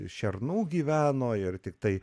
šernų gyveno ir tiktai